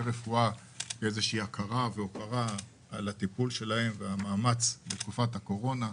רפואה כאיזו שהיא הכרה והוקרה על הטיפול שלהם ועל המאמץ בתקופת הקורונה.